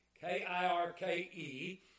K-I-R-K-E